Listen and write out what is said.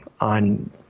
on